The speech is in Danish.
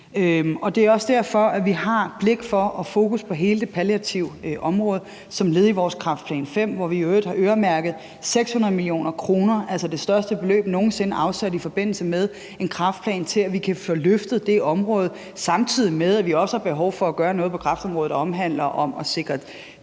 Det er også derfor, at vi har blik for og fokus på hele det palliative område som led i vores Kræftplan V, hvor vi i øvrigt har øremærket 600 mio. kr., altså det største beløb nogen sinde afsat i forbindelse med en kræftplan, så vi kan få løftet det område. Samtidig med det har vi også behov for at gøre noget på kræftområdet. Det handler om at sikre